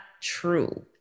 true